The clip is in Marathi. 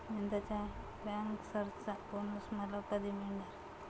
यंदाच्या बँकर्सचा बोनस मला कधी मिळणार?